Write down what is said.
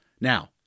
Now